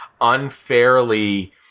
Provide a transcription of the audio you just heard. unfairly